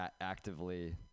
actively